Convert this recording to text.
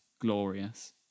glorious